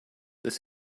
this